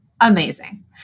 Amazing